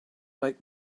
make